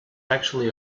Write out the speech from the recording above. actually